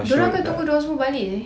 diorang akan tunggu diorang semua balik seh